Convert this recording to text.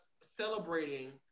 celebrating